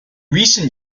recent